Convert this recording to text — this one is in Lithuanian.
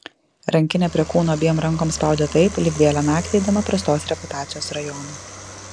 rankinę prie kūno abiem rankom spaudė taip lyg vėlią naktį eidama prastos reputacijos rajonu